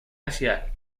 asia